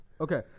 Okay